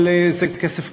אבל זה כסף קטן.